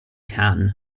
cannes